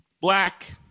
black